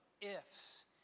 ifs